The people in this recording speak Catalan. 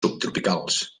subtropicals